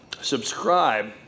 subscribe